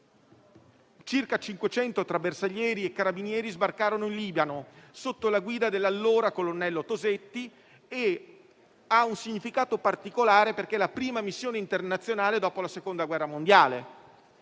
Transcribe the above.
tra bersaglieri e carabinieri sbarcarono in Libano, sotto la guida dell'allora colonnello Tosetti. Ha un significato particolare, perché è stata la prima missione internazionale dopo la Seconda guerra mondiale.